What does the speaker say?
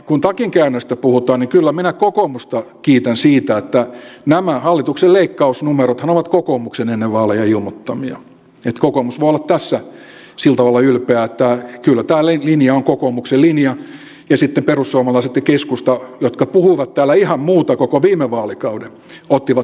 kun takinkäännöstä puhutaan niin kyllä minä kokoomusta kiitän siitä että nämä hallituksen leikkausnumerothan ovat kokoomuksen ennen vaaleja ilmoittamia että kokoomus voi olla tässä sillä tavalla ylpeä että kyllä tämä linja on kokoomuksen linja ja sitten perussuomalaiset ja keskusta jotka puhuivat täällä ihan muuta koko viime vaalikauden ottivat sen omakseen